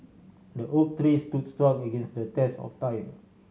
the oak tree stood strong against the test of time